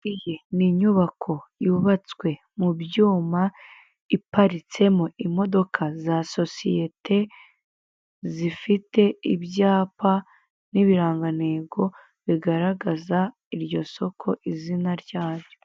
Iyi ni inyubako yubatswe mu byuma. Iparitsemo imodoka za sosiyete. Zifite ibyapa n'ibirangantego bigaragaza iryo soko izina ryabyo.